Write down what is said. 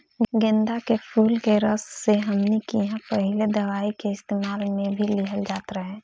गेन्दा के फुल के रस से हमनी किहां पहिले दवाई के इस्तेमाल मे भी लिहल जात रहे